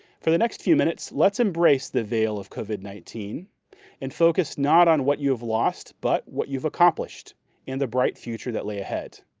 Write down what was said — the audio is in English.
for the next few minutes, let's embrace the veil of covid nineteen and focus not on what you've lost but what you've accomplished and the bright future that lay ahead.